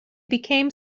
became